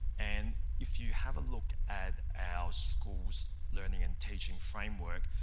and if you have a look at our school's learning and teaching framework,